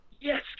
Yes